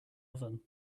oven